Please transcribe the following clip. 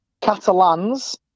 Catalans